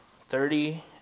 thirty